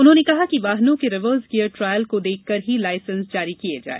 उन्होंने कहा कि वाहनों के रिवर्स गियर ट्रायल को देखकर ही लायसेंस जारी किये जाए